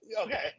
okay